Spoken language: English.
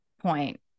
point